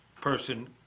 person